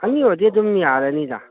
ꯑꯅꯤ ꯑꯣꯏꯔꯗꯤ ꯑꯗꯨꯝ ꯌꯥꯔꯅꯤꯗ ꯑꯧ